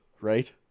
right